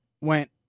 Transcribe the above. went